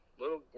little